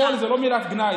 שמאל זה לא מילת גנאי,